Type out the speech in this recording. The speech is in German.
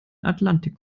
atlantik